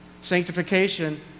Sanctification